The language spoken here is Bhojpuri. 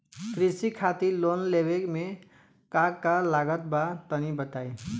कृषि खातिर लोन लेवे मे का का लागत बा तनि बताईं?